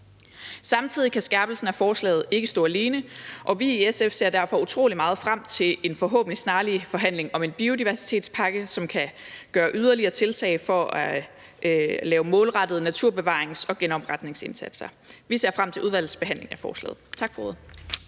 Samtidig kan skærpelsen i forslaget ikke stå alene, og vi i SF ser derfor utrolig meget frem til en forhåbentlig snarlig forhandling om en biodiversitetspakke, hvor der kan gøres yderligere tiltag for at lave målrettede naturbevarings- og genopretningsindsatser. Vi ser frem til udvalgsbehandlingen af forslaget. Tak for ordet.